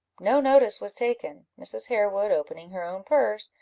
no notice was taken. mrs. harewood opening her own purse,